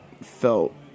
felt